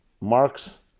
Marx